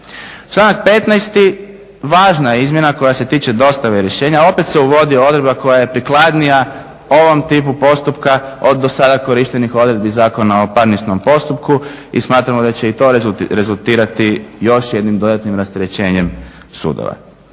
Članak 15. važna je izmjena koja se tiče dostave rješenja, opet se uvodi odredba koja je prikladnija ovom tipu postupka od dosada korištenih odredbi Zakona o parničnom postupku i smatramo da će i to rezultirati još jednim dodatnim rasterećenjem sudova.